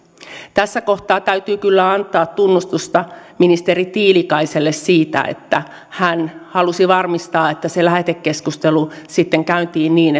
tässä kohtaa täytyy kyllä antaa tunnustusta ministeri tiilikaiselle siitä että hän halusi varmistaa että se lähetekeskustelu sitten käytiin niin